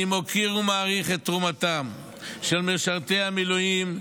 אני מוקיר ומעריך את תרומתם של משרתי המילואים,